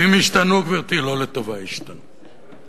ואם השתנו, גברתי, לא לטובה השתנו.